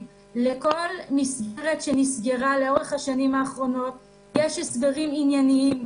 לכל מסגרת שנסגרה לאורך השנים האחרונות יש הסברים ענייניים,